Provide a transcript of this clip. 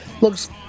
looks